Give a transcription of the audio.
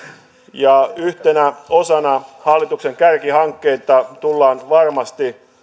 ja yhtenä osana hallituksen kärkihankkeita tullaan varmasti